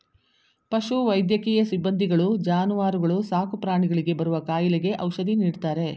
ಪಶು ವೈದ್ಯಕೀಯ ಸಿಬ್ಬಂದಿಗಳು ಜಾನುವಾರುಗಳು ಸಾಕುಪ್ರಾಣಿಗಳಿಗೆ ಬರುವ ಕಾಯಿಲೆಗೆ ಔಷಧಿ ನೀಡ್ತಾರೆ